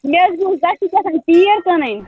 مےٚ حَظ بوٗز تۄہہِ چھِ کیٛاہتانۍ تیٖر کٕنٕنۍ